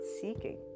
seeking